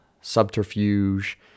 subterfuge